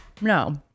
No